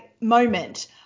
moment